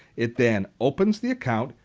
it then opens the account,